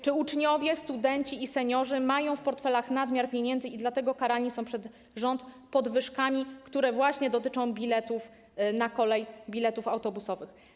Czy uczniowie, studenci i seniorzy mają w portfelach nadmiar pieniędzy i dlatego karani są przez rząd podwyżkami, które dotyczą biletów na kolej i biletów autobusowych?